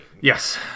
Yes